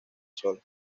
sol